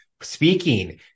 speaking